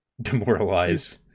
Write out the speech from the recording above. demoralized